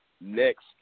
next